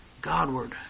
Godward